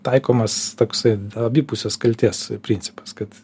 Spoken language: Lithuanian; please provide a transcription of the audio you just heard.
taikomas toksai abipusės kaltės principas kad